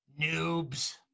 Noobs